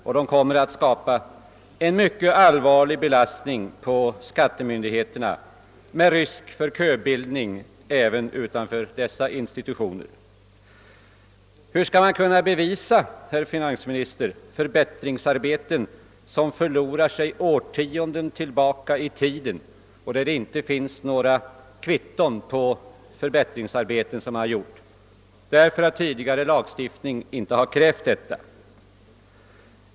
Detta kommer att medföra en mycket hård belastning på skattemyndigheterna med risk för köbildning även utanför dessa institutioner. Hur skall man kunna bevisa, herr finansminister, förbättringsarbeten som gjorts för flera årtionden sedan och beträffande vilka arbeten inga kvitton finns, eftersom tidigare lagstiftning inte krävt detta?